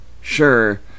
sure